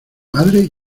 madre